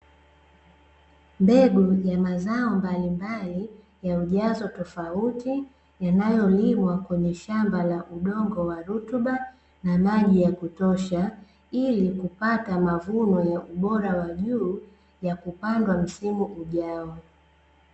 Mbegu ya mazao mbalimbali ya ujazo tofauti, yanayolimwa kwenye shamba la udongo wa rutuba, na maji ya kutosha ili kupata mavuno ya ubora wa juu, ya kupandwa msimu ujao.